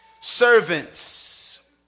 Servants